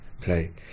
play